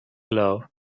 glove